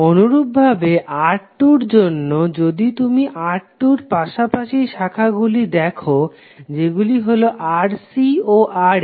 অনুরূপভাবে R2 এর জন্য যদি তুমি R2 এর পাশাপাশি শাখা গুলি দেখো যেগুলি হলো Rc ও Ra